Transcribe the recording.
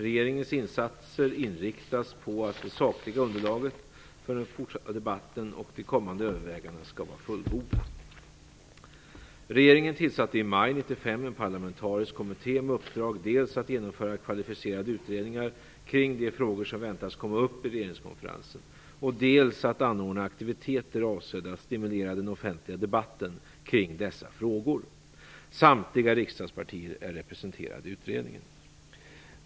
Regeringens insatser inriktas på att det sakliga underlaget för den fortsatta debatten och de kommande övervägandena skall vara fullgoda. Regeringen tillsatte i maj 1995 en parlamentarisk kommitté med uppdrag att dels genomföra kvalificerade utredningar kring de frågor som väntas komma upp i regeringenskonferensen, dels att anordna aktiviteter avsedda att stimulera den offentliga debatten kring dessa frågor. Samtliga riksdagspartier är representerade i utredningen.